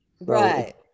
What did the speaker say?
right